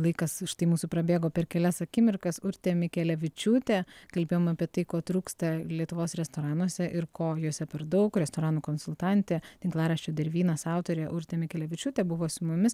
laikas štai mūsų prabėgo per kelias akimirkas urtė mikelevičiūtė kalbėjom apie tai ko trūksta lietuvos restoranuose ir ko juose per daug restoranų konsultantė tinklaraščio dervynas autorė urtė mikelevičiūtė buvo su mumis